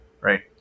Right